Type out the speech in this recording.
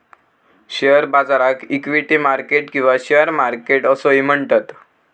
share बाजाराक equity market किंवा share market असोही म्हणतत